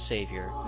Savior